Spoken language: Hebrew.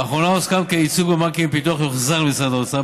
לאחרונה הוסכם כי הייצוג בבנקים לפיתוח יוחזר למשרד האוצר,